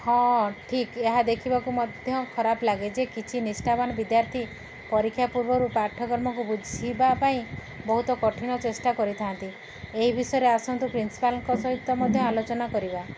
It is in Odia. ହଁ ଠିକ୍ ଏହା ଦେଖିବାକୁ ମଧ୍ୟ ଖରାପ ଲାଗେ ଯେ କିଛି ନିଷ୍ଠାବାନ ବିଦ୍ୟାର୍ଥୀ ପରୀକ୍ଷା ପୂର୍ବରୁ ପାଠ୍ୟକ୍ରମକୁ ବୁଝିବା ପାଇଁ ବହୁତ କଠିନ ଚେଷ୍ଟା କରିଥାନ୍ତି ଏଇ ବିଷୟରେ ଆସନ୍ତୁ ପ୍ରିନ୍ସିପାଲ୍ଙ୍କ ସହିତ ମଧ୍ୟ ଆଲୋଚନା କରିବା